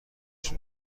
شدم